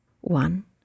One